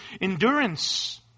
endurance